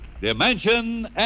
Dimension